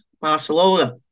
Barcelona